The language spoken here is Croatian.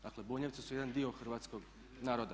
Dakle, Bunjevci su jedan dio hrvatskog naroda.